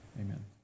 Amen